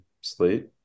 slate